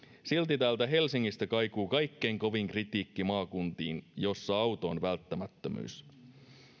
silti täältä helsingistä kaikuu kaikkein kovin kritiikki maakuntiin joissa auto on välttämättömyys